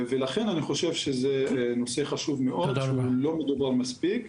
לכן אני חושב שזה נושא חשוב מאוד שלא מדובר מספיק,